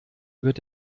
wird